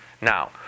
Now